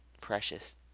precious